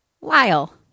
Lyle